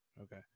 okay